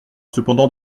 cependant